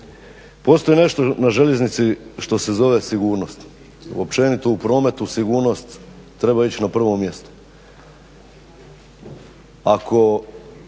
Postoji nešto na željeznici što se zove sigurnost, općenito u prometu sigurnost treba ići na prvo mjesto. Taman